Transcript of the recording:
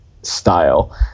style